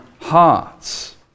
hearts